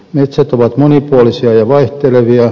metsät ovat monipuolisia ja vaihtelevia